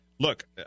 Look